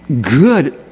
good